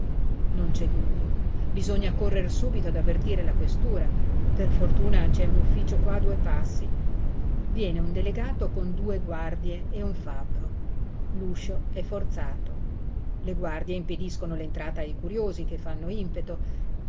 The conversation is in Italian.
c'è piú dubbio bisogna correr subito ad avvertire la questura per fortuna c'è un ufficio qua a due passi viene un delegato con due guardie e un fabbro l'uscio è forzato le guardie impediscono l'entrata ai curiosi che fanno impeto